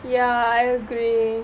ya I agree